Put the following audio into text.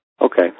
Okay